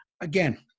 again